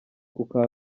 kuka